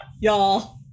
y'all